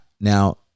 Now